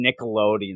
Nickelodeon